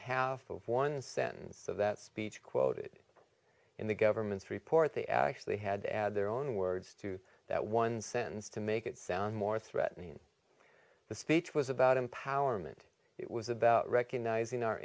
half of one sentence of that speech quoted in the government's report they actually had to add their own words to that one sentence to make it sound more threatening and the speech was about empowerment it was about recognizing our